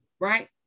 right